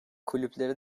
kulüpleri